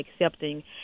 accepting